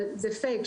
אבל זה 'פייק',